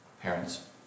Parents